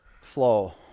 flow